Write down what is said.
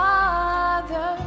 Father